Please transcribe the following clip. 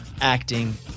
acting